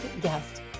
guest